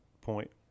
point